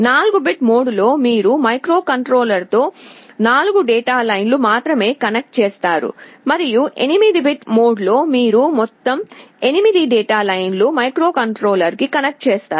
4 bit మోడ్లో మీరు మైక్రోకంట్రోలర్తో 4 డేటా లైన్లను మాత్రమే కనెక్ట్ చేస్తారు మరియు 8 బిట్ మోడ్లో మీరు మొత్తం 8 డేటా లైన్లను మైక్రోకంట్రోలర్కు కనెక్ట్ చేస్తారు